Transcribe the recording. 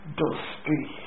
dusty